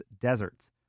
deserts